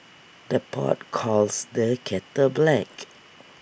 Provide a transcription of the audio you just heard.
the pot calls the kettle black